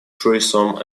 threesome